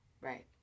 right